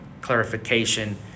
clarification